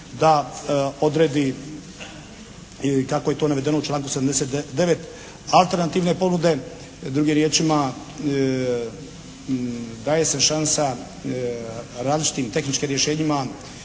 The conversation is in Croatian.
da odredi kako je to navedeno u članku 79. alternativne ponude. Drugim riječima daje se šansa različitim tehničkim rješenjima